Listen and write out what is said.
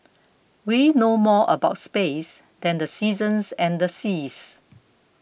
we know more about space than the seasons and the seas